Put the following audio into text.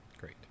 Great